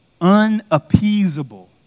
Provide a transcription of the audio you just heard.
unappeasable